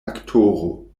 aktoro